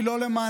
היא לא למענכם,